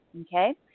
okay